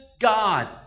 God